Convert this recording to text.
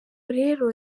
rero